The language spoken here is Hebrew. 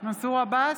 עבאס,